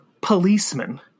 policeman